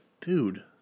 dude